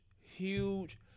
huge